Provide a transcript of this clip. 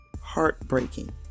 heartbreaking